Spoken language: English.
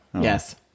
Yes